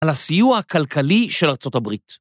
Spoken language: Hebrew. על הסיוע הכלכלי של ארה״ב.